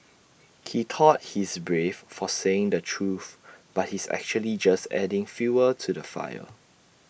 he thought he's brave for saying the truth but he's actually just adding fuel to the fire